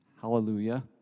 hallelujah